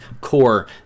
core